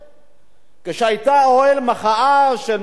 כשהיה אוהל המחאה של משפחת שליט,